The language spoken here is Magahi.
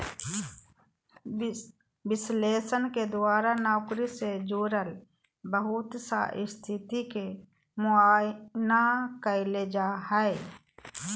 विश्लेषण के द्वारा नौकरी से जुड़ल बहुत सा स्थिति के मुआयना कइल जा हइ